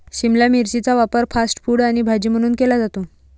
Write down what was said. शिमला मिरचीचा वापर fast food आणि भाजी म्हणून केला जातो